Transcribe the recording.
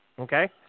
Okay